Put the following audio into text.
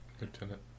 Lieutenant